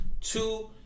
Two